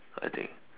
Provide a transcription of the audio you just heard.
I think